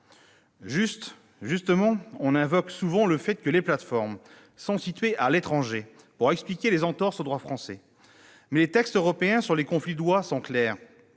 succès. On invoque souvent le fait que les plateformes sont situées à l'étranger pour expliquer les entorses au droit français, mais les textes européens sur le conflit de lois sont clairs